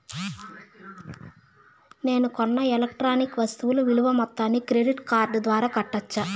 నేను కొన్న ఎలక్ట్రానిక్ వస్తువుల విలువ మొత్తాన్ని క్రెడిట్ కార్డు ద్వారా కట్టొచ్చా?